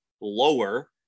lower